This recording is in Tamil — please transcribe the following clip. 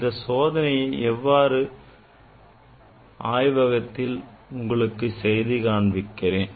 இந்த சோதனையை எவ்வாறு செய்வது என்று ஆய்வகத்தில் உங்களுக்கு செய்து காண்பிக்கிறேன்